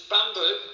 Bamboo